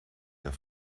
der